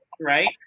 right